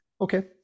Okay